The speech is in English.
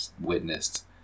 witnessed